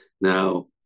Now